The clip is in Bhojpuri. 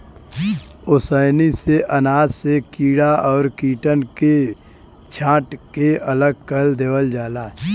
ओसैनी से अनाज से कीड़ा और कीटन के भी छांट के अलग कर देवल जाला